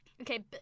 okay